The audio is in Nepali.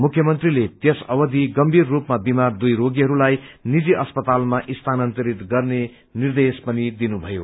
मुख्यमन्त्रीले त्यस अवधि गम्भीर रूपमा विमार दुई रोगीहरूलाई निजी अस्पतालमा स्थानान्तरित गर्ने निर्देश पनि दिनुभयो